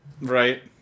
Right